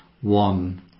one